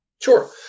Sure